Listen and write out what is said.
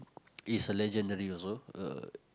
is a legendary also uh